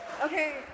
Okay